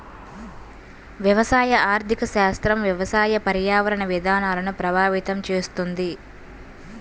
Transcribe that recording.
వ్యవసాయ ఆర్థిక శాస్త్రం వ్యవసాయ, పర్యావరణ విధానాలను ప్రభావితం చేస్తుంది